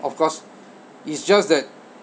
of course it's just that